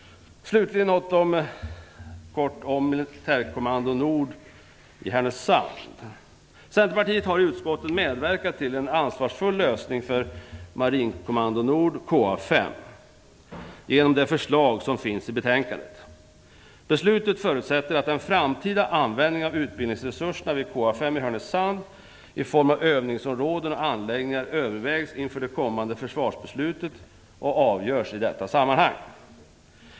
Slutligen vill jag säga något om Militärkommando Centerpartiet har i utskottet medverkat till en ansvarsfull lösning för Marinkommando Nord KA 5 genom det förslag som finns i betänkandet. Beslutet förutsätter att den framtida användningen av utbildningsresurserna vid KA 5 i Härnösand i form av övningsområden och anläggningar övervägs inför det kommande försvarsbeslutet och avgörs i detta sammanhang.